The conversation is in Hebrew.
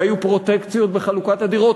והיו פרוטקציות בחלוקת הדירות,